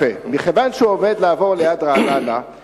במקרה הוא אמור לעבור ליד רעננה.